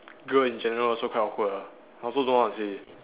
girl in general also quite awkward lah I also don't know what to say